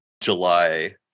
July